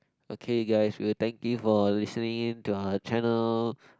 okay guys we'll thank you for listening in to our channel